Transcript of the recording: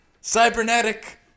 cybernetic